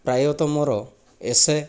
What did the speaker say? ପ୍ରାୟତଃ ମୋର ଏସେ